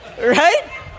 Right